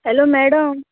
hello madam